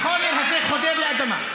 החומר הזה חודר לאדמה.